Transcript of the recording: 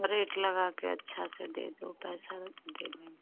rate लगा के अच्छा से दे दो पैसा दे देंगे